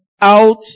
out